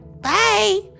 Bye